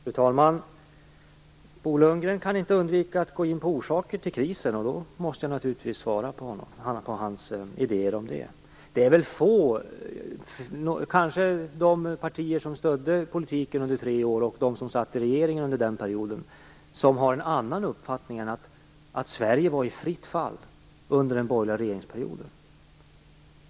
Fru talman! Bo Lundgren kan inte undvika att gå in på orsaker till krisen. Då måste jag naturligtvis svara på hans idéer om det. Det är väl få, kanske de partier som stödde politiken under tre år och de som satt i regeringen under denna period, som har en annan uppfattning än den att Sverige var i fritt fall under den borgerliga regeringsperioden.